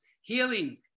healing